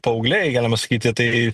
paaugliai galima sakyti tai